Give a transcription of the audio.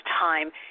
time